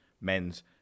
men's